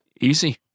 easy